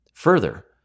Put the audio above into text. Further